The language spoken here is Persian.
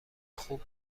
خوب